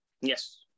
Yes